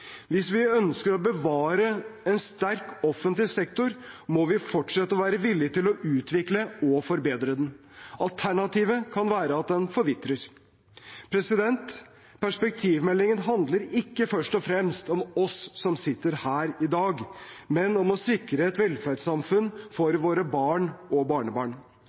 Hvis vi ønsker å bevare en sterk offentlig sektor, må vi fortsatt være villige til å utvikle og forbedre den. Alternativet kan være at den forvitrer. Perspektivmeldingen handler ikke først og fremst om oss som sitter her i dag, men om å sikre et velferdssamfunn for våre barn og barnebarn.